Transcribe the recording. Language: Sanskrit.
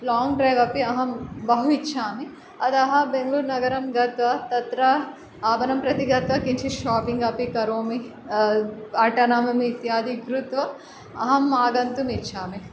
लाङ्ग् ड्रैव् अपि अहं बहु इच्छामि अतः बेङ्ग्लूर् नगरं गत्वा तत्र आपणं प्रति गत्वा किञ्चित् शापिङ्ग् अपि करोमि आटनम् इत्यादि कृत्वा अहम् आगन्तुम् इच्छामि